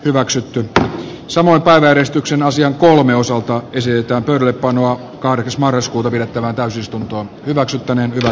hyväksytty että sama päiväjärjestyksen asian kuulimme osalta kysytään ylipainoa kauris marraskuuta pidettävään täysistunto hyväksyttäneen